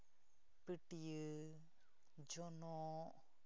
ᱯᱟᱹᱴᱭᱟᱹ ᱡᱚᱱᱚᱜ